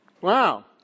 Wow